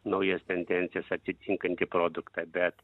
naujas tendencijas atitinkantį produktą bet